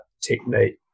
technique